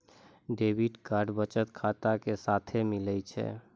debit card बचत खाता के साथे मिलै छै